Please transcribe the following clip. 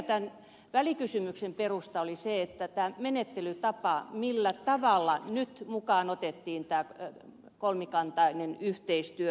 tämän välikysymyksen perusta oli tämä menettelytapa millä tavalla nyt mukaan otettiin kolmikantainen yhteistyö